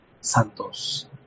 Santos